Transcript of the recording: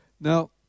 Now